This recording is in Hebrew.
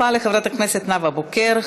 תודה רבה לחברת הכנסת נאוה בוקר.